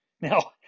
Now